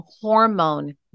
hormone